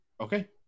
Okay